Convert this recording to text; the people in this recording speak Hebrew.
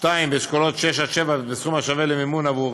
(2) באשכולות 6 עד 7, בסכום השווה למימון עבור